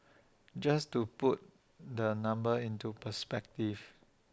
just to put the number into perspective